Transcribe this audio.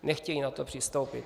Nechtějí na to přistoupit.